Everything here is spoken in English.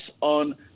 on